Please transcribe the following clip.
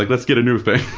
let's get a new thing.